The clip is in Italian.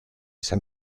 san